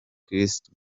christ